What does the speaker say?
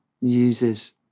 uses